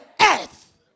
earth